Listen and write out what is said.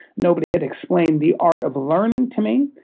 nobody had explained the art of learning to me.